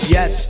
Yes